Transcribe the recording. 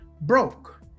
broke